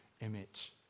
image